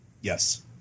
Yes